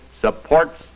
supports